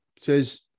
says